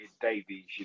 Davies